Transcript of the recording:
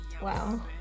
Wow